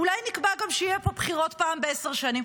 אולי נקבע גם שיהיו פה בחירות פעם בעשר שנים?